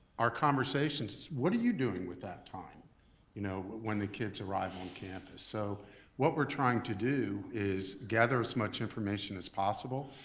our conversation's what are you doing with that time you know when the kids arrive on campus? so what we're trying to do is gather as much information as possible,